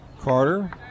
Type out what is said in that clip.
Carter